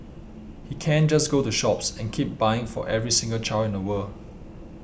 he can't just go to shops and keep buying for every single child in the world